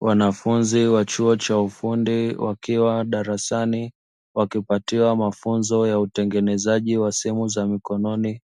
Wanafunzi wa chuo cha ufundi wakiwa darasani, wakipatiwa mafunzo ya utengenezaji wa simu za mikononi.